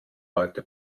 leute